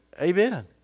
Amen